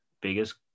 biggest